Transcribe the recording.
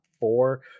four